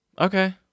Okay